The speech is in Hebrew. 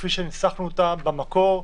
כפי שניסחנו אותה במקור,